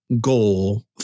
goal